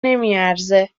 نمیارزه